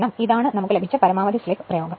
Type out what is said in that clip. കാരണം ഇതാണ് നമുക്കു ലഭിച്ച പരമാവധി സ്ലിപ് പ്രയോഗം